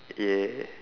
yeah